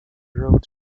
road